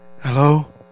Hello